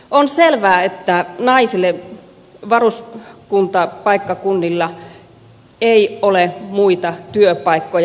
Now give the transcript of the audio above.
on selvää että naisille varuskuntapaikkakunnilla ei ole muita työpaikkoja